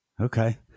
Okay